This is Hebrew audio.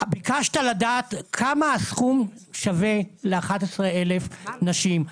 ביקשת לדעת כמה הסכום שווה ל-11,000 נשים.